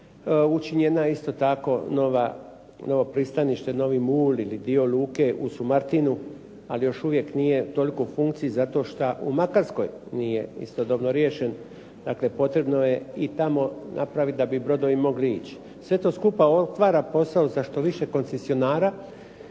učinjeno je isto tako novo pristanište, novi mul ili dio luke u Sumartinu, ali još uvijek nije toliko u funkciji zato što u Makarskoj nije istodobno riješen. Dakle, potrebno je i tamo napravit da bi brodovi mogli ići. Sve to skupa stvara posao sa što više koncesionara